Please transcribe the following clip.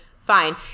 fine